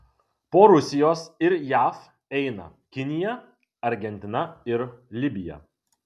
po rusijos ir jav eina kinija argentina ir libija